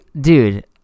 Dude